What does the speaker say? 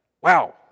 Wow